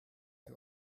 who